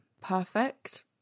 Perfect